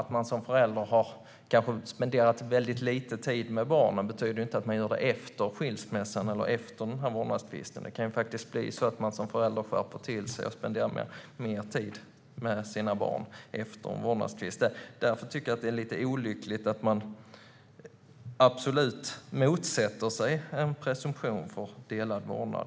Att man som förälder kanske har spenderat väldigt lite tid med barnen betyder ju inte att man gör det också efter skilsmässan eller vårdnadstvisten. Det kan faktiskt bli så att föräldern skärper till sig och spenderar mer tid med sina barn efter en vårdnadstvist. Därför tycker jag att det är lite olyckligt att Socialdemokraterna absolut motsätter sig en presumtion för delad vårdnad.